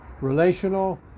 relational